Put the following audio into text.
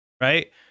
right